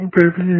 Baby